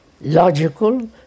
logical